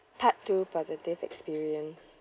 part two positive experience